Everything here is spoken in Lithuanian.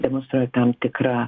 demonstruoja tam tikrą